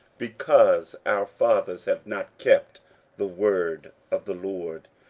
because our fathers have not kept the word of the lord,